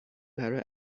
برای